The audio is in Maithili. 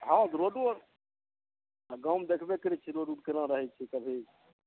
हँ रोडो आर गाँवमे देखबै करै छियै रोड उड केना रहै छै कभी